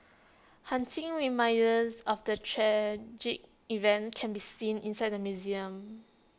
haunting reminders of the tragic event can be seen inside museum